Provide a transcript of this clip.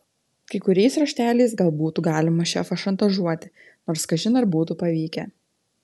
kai kuriais rašteliais gal būtų galima šefą šantažuoti nors kažin ar būtų pavykę